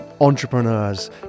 entrepreneurs